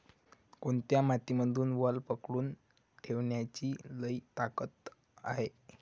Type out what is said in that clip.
कोनत्या मातीमंदी वल पकडून ठेवण्याची लई ताकद हाये?